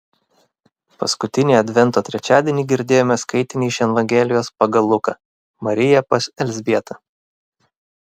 paskutinį advento trečiadienį girdėjome skaitinį iš evangelijos pagal luką marija pas elzbietą